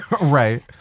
Right